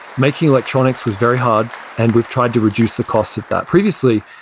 making electronics was very hard and we've tried to reduce the cost of that. previously,